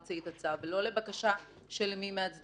בית הדין הוציא את הצו לא לבקשה של מי מהצדדים.